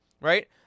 right